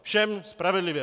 Všem spravedlivě.